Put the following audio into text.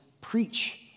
preach